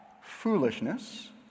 foolishness